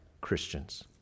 Christians